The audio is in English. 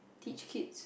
teach kids